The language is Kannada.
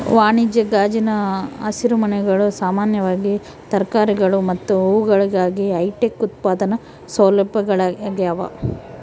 ವಾಣಿಜ್ಯ ಗಾಜಿನ ಹಸಿರುಮನೆಗಳು ಸಾಮಾನ್ಯವಾಗಿ ತರಕಾರಿಗಳು ಮತ್ತು ಹೂವುಗಳಿಗಾಗಿ ಹೈಟೆಕ್ ಉತ್ಪಾದನಾ ಸೌಲಭ್ಯಗಳಾಗ್ಯವ